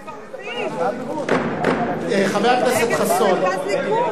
אני מאוד רציני, תראה את הפנים של הליכוד.